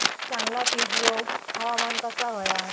चांगला पीक येऊक हवामान कसा होया?